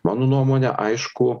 mano nuomone aišku